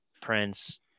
prince